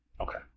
Okay